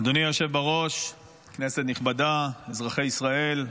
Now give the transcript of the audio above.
אדוני היושב בראש, כנסת נכבדה, אזרחי ישראל.